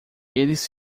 eles